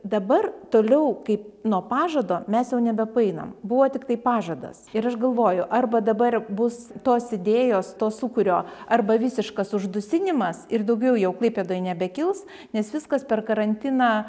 dabar toliau kaip nuo pažado mes jau nebepaeinam buvo tiktai pažadas ir aš galvoju arba dabar bus tos idėjos to sūkurio arba visiškas uždusinimas ir daugiau jau klaipėdoj nebekils nes viskas per karantiną